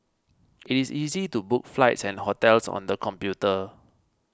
it is easy to book flights and hotels on the computer